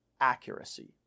accuracy